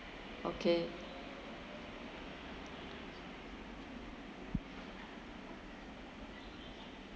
okay